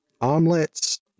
Omelets